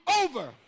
over